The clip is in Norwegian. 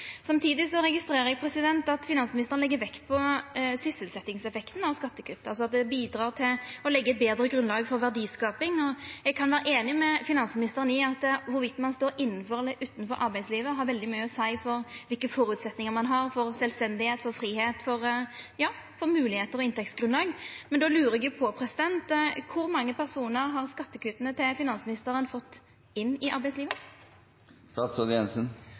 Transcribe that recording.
Samtidig registrerer eg at finansministeren legg vekt på sysselsetjingseffekten av skattekutt, altså at det bidreg til å leggja eit betre grunnlag for verdiskaping. Eg kan vera einig med finansministeren i at om ein står innanfor eller utanfor arbeidslivet, har det veldig mykje å seia for kva slags føresetnader ein har for sjølvstende, fridom, moglegheiter og inntektsgrunnlag. Men då lurer eg på: Kor mange personar har skattekutta til finansministeren fått inn i